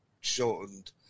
shortened